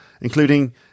including